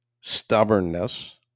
stubbornness